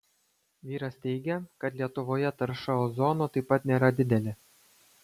vyras teigia kad lietuvoje tarša ozonu taip pat nėra didelė